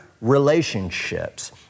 relationships